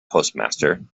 postmaster